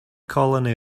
colony